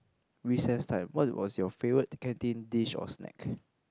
recess time what was your favourite canteen dish or snack